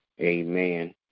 Amen